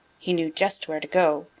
he knew just where to go,